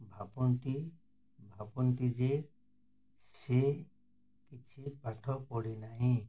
ଭାବନ୍ତି ଭାବନ୍ତି ଯେ ସେ କିଛି ପାଠ ପଢ଼ିନାହିଁ